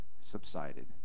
subsided